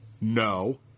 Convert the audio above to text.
no